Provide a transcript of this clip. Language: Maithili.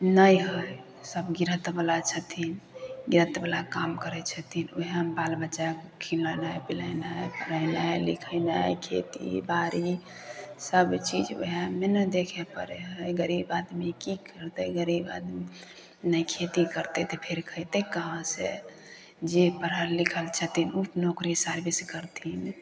नहि है सब गृहस्थ बला छथिन गृहस्थ बला काम करै छथिन वएहमे बाल बच्चा खिलेनाइ पीलेनाइ पढ़ेनाइ लिखेनाई खेती बारी सब चीज वएहमे ने देखे परै है गरीब आदमी की करतै गरीब आदमी नहि खेती करतै तऽ फेर खयते कहाँ से जे पढ़ल लिखल छथिन ओ नौकरी सर्विस करथिन